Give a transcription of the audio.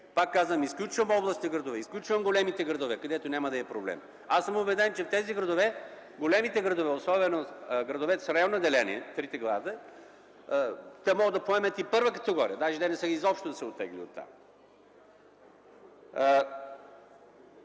Пак казвам, изключвам областните градове, изключвам големите градове, където няма да е проблем. Аз съм убеден, че в големите градове, особено трите града с районно деление, могат да поемат и първа категория, даже ДНСК изобщо да не се оттегли оттам.